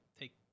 take